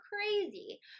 crazy